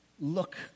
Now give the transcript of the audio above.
look